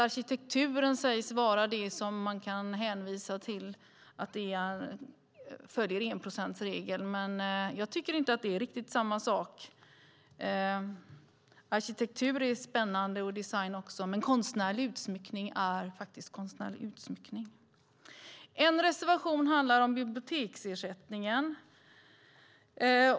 Arkitekturen sägs vara det som man kan hänvisa till följer enprocentsregeln. Men jag tycker inte att det är riktigt samma sak. Arkitektur är spännande och design också, men konstnärlig utsmyckning är faktiskt konstnärlig utsmyckning. En reservation handlar om biblioteksersättningen.